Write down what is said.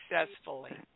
successfully